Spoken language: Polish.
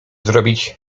zrobić